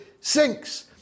sinks